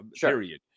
period